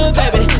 baby